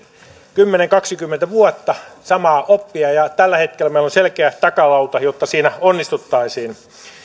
kymmenen viiva kaksikymmentä vuotta ja tällä hetkellä meillä on selkeä takalauta jotta siinä onnistuttaisiin